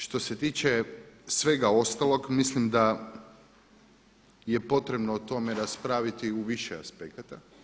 Što se tiče svega ostalog mislim da je potrebno o tome raspraviti u više aspekata.